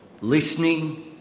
listening